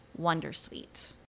wondersuite